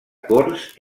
corts